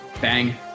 Bang